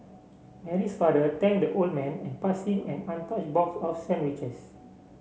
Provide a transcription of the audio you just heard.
Mary's father thanked the old man and passed him an untouched box of sandwiches